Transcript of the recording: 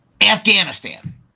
Afghanistan